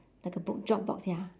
like a book drop box ya